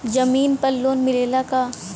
जमीन पर लोन मिलेला का?